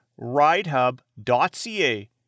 ridehub.ca